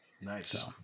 Nice